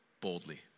boldly